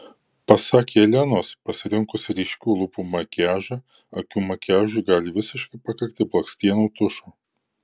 pasak jelenos pasirinkus ryškių lūpų makiažą akių makiažui gali visiškai pakakti blakstienų tušo